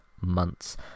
months